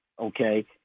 okay